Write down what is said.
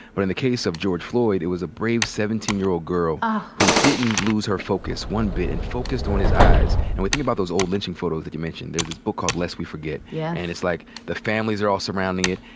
but in the case of george floyd, it was a brave seventeen year old girl who didn't lose her focus one bit, and focused on his eyes. and we think about those old lynching photos that you mentioned. there's a book called lest we forget, yeah and it's like, the families are all surrounding it,